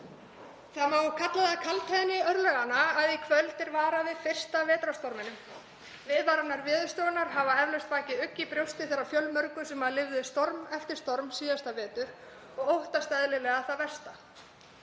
Það má kalla það kaldhæðni örlaganna að í kvöld er varað við fyrsta vetrarstorminum. Viðvaranir Veðurstofunnar hafa eflaust vakið ugg í brjósti þeirra fjölmörgu sem lifðu storm eftir storm síðasta vetur og óttast eðlilega það versta.